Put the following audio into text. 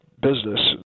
business